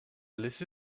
laissé